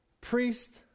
priest